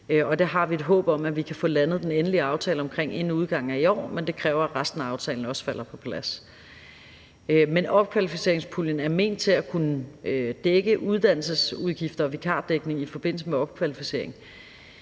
vi et håb om at vi kan få landet den endelige aftale omkring inden udgangen af i år, men det kræver, at resten af aftalen også falder på plads. Men opkvalificeringspuljen er ment til at kunne dække uddannelsesudgifter og vikardækning i forbindelse med opkvalificering.